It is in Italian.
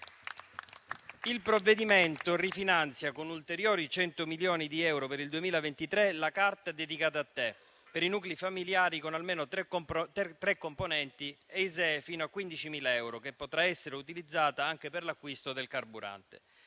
Il provvedimento rifinanzia con ulteriori 100 milioni di euro per il 2023 la carta "Dedicata a te", per i nuclei familiari con almeno tre componenti e ISEE fino a 15.000 euro, che potrà essere utilizzata anche per l'acquisto di carburante.